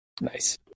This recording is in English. nice